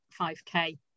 5k